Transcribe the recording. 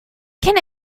can